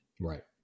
Right